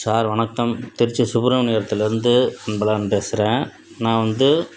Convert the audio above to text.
sir வணக்கம் திருச்சி சுப்பிரமணியரத்துலேருந்து அன்பழகன் பேசுகிறேன் நான் வந்து